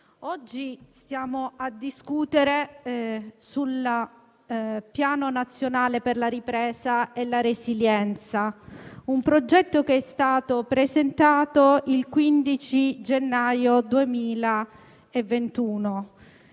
oggi stiamo discutendo del Piano nazionale per la ripresa e la resilienza, un progetto presentato il 15 gennaio 2021,